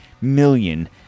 million